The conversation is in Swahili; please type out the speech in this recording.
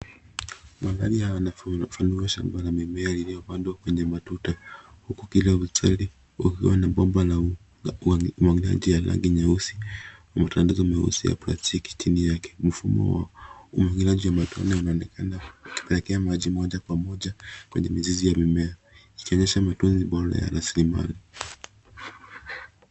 Mandhari yanafunuesha shamba la mimea iliyopandwa kwenye matuta huku kila mstari ukiwa na bomba la umwagiliaji la rangi nyeusi na matandazo meusi ya plastiki chini yake. Mfumo wa umwagiliaji wa matone unaonekana ukipeleka maji moja kwa moja kwenye mizizi ya mimea ikionyesha matumizi bora ya rasilimali.